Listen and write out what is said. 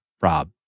Rob